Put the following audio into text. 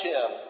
Tim